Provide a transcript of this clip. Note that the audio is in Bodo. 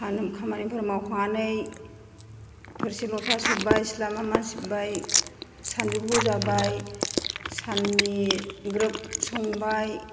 आरो नों खामानिफोर मावखांनानै थोरसि लथा सुबाय सिथ्ला लामा सिब्बाय सानजौफु जाबाय साननि ग्रोब संबाय